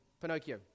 Pinocchio